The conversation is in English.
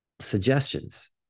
suggestions